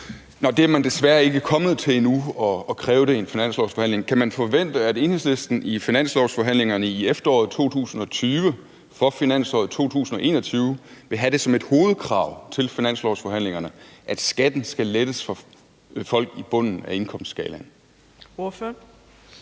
Nå, det er man desværre ikke kommet til endnu at kræve i en finanslovsforhandling. Kan man forvente, at Enhedslisten i finanslovsforhandlingerne i efteråret 2020 for finansåret 2021 vil have det som et hovedkrav til finanslovsforhandlingerne, at skatten skal lettes for folk i bunden af indkomstskalaen? Kl.